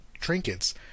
trinkets